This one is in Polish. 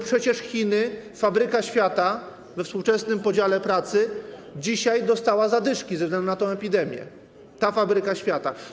Przecież Chiny, fabryka świata we współczesnym podziale pracy, dzisiaj dostała zadyszki ze względu na tę epidemię, ta fabryka świata.